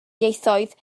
ieithoedd